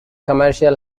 commercial